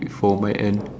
for my end